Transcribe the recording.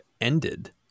ended